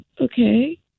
Okay